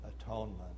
atonement